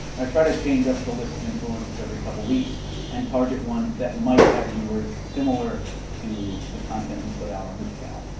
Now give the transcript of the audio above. i try to change up the list of influencers every couple weeks and target ones that might have viewers similar to the content we put out on this channel.